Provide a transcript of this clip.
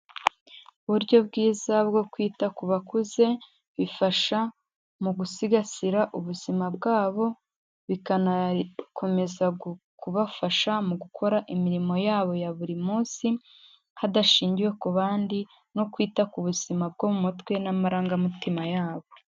Uburyo bwiza bwo kwita ku bakuze bifasha mu gusigasira ubuzima bwabo, bikanakomeza kubafasha mu gukora imirimo yabo ya buri munsi, hadashingiwe ku bandi no kwita ku buzima bwo mu mutwe n'amarangamutima yabo.